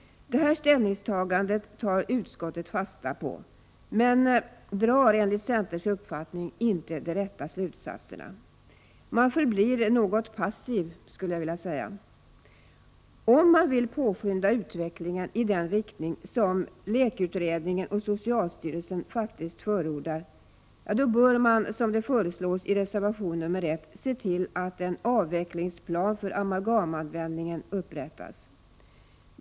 Det här ställningstagandet tar utskottet fasta på men drar enligt centerns uppfattning inte de rätta slutsatserna. Man förblir något passiv, skulle jag vilja säga. Om man vill påskynda utvecklingen i den riktning som LEK utredningen och socialstyrelsen faktiskt förordar bör man, som det föreslås i reservation 1, se till att en avvecklingsplan för amalgamanvändningen upprättas.